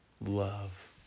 love